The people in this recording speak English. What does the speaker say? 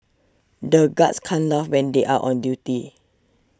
the guards can't laugh when they are on duty